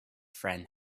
friend